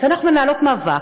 אז אנחנו מנהלות מאבק,